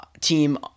team